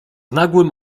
nagłym